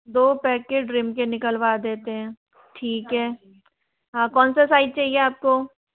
दो packet ream के निकलवा देते हैं ठीक है हाँ कौन सा साइज चाहिए आपको